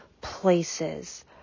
places